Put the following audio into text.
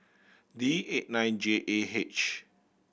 D eight nine J A H